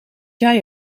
jij